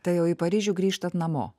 tai jau į paryžių grįžtat namo